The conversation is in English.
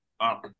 Up